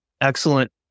Excellent